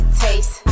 taste